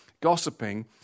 gossiping